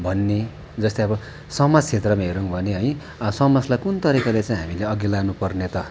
भन्ने जस्तै अब समाज क्षेत्रमा हेरौँ भने है समाजलाई कुन तरिकाले चाहिँ हामीले अघि लानुपर्ने त